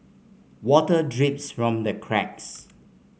water drips from the cracks